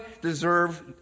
deserve